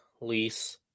lease